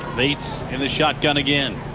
bates in the shotgun again.